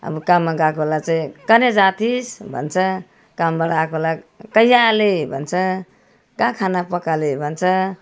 अब काममा गएकोलाई चाहिँ कने जा थिस् भन्छ कामबाट आएकोलाई कैया आले भन्छ का खाना पकाले भन्छ